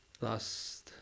last